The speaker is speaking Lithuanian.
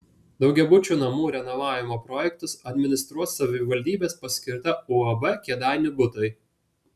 daugiabučių namų renovavimo projektus administruos savivaldybės paskirta uab kėdainių butai